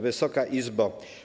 Wysoka Izbo!